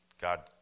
God